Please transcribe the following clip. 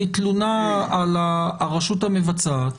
היא תלונה על הרשות המבצעת